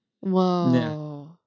whoa